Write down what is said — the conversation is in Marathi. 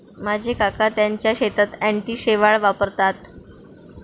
माझे काका त्यांच्या शेतात अँटी शेवाळ वापरतात